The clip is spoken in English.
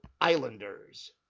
Islanders